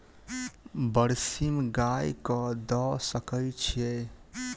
बरसीम गाय कऽ दऽ सकय छीयै?